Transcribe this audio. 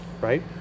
right